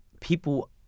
people